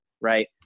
right